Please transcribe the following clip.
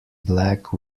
black